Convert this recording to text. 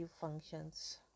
functions